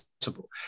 possible